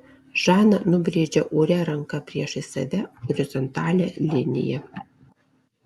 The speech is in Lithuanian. žana nubrėžė ore ranka priešais save horizontalią liniją